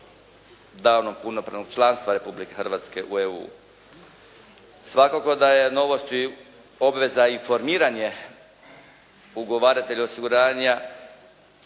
danom punopravnog članstva Republike Hrvatske u EU. Svakako da je novost i obveza i formiranje ugovaratelja osiguranja